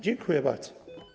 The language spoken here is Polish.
Dziękuję bardzo.